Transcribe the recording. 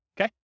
okay